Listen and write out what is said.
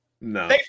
No